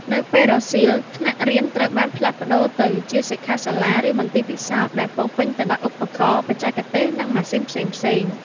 នៅពេលរសៀល ថ្នាក់រៀនត្រូវបានផ្លាស់ប្តូរទៅជាសិក្ខាសាលាឬមន្ទីរពិសោធន៍ដែលពោរពេញទៅដោយឧបករណ៍បច្ចេកទេស និងម៉ាស៊ីនផ្សេងៗ។